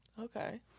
Okay